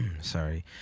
Sorry